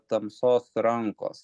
tamsos rankos